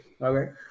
Okay